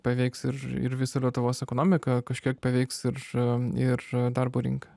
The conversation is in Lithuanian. paveiks ir ir visą lietuvos ekonomiką kažkiek paveiks ir ir darbo rinką